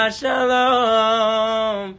shalom